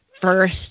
first